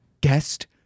guest